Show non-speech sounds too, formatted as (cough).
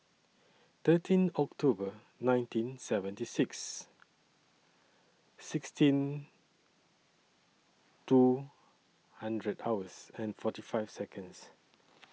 thirteen October nineteen seventy six sixteen two and (unintelligible) and forty five Seconds